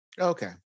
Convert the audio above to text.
Okay